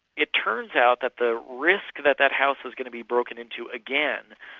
it turns out that the risk that that house was going to be broken into again,